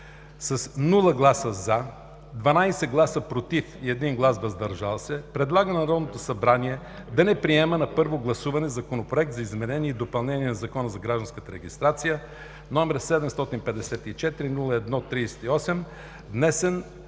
без гласове „за”, 12 гласа „против” и 1 глас „въздържал се” предлага на Народното събрание да не приема на първо гласуване Законопроект за изменение и допълнение на Закона за гражданската регистрация, № 754-01-38, внесен